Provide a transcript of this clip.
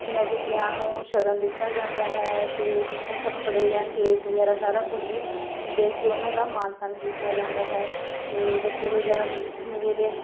ਲੈ ਕੇ ਗਿਆਂ ਨੂੰ ਸ਼ਗਨ ਦਿੱਤਾ ਜਾਂਦਾ ਹੈ ਅਤੇ ਕੱਪੜੇ ਜਾਂ ਖੇਸ ਵਗੈਰਾ ਸਾਰਾ ਕੁਝ ਦੇ ਕੇ ਉਹਨਾਂ ਦਾ ਮਾਣ ਤਾਣ ਕੀਤਾ ਜਾਂਦਾ ਹੈ ਅਤੇ ਬੱਚੇ ਦੇ ਜਨਮ ਵੇਲੇ